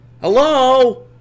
Hello